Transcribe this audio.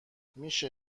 میشه